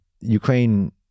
Ukraine